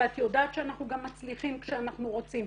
ואת יודעת שאנחנו גם מצליחים כשאנחנו רוצים,